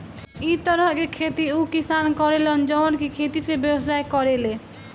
इ तरह के खेती उ किसान करे लन जवन की खेती से व्यवसाय करेले